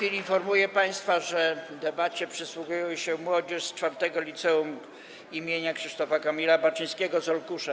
Informuję państwa, że debacie przysłuchuje się młodzież z IV Liceum im. Krzysztofa Kamila Baczyńskiego z Olkusza.